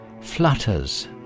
flutters